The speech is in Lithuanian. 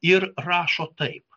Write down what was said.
ir rašo taip